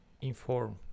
inform